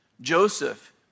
Joseph